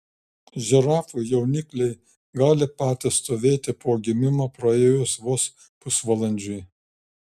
žirafų jaunikliai gali patys stovėti po gimimo praėjus vos pusvalandžiui